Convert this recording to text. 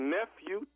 Nephew